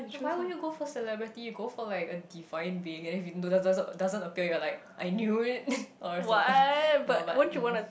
no why would you go for celebrity go for like a divine being and then if doesn't doesn't appear you're like I knew it or something no but mm